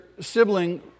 sibling